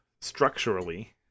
structurally